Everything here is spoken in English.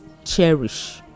Cherish